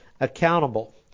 accountable